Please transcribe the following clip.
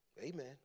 Amen